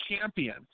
champion